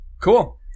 cool